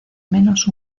menos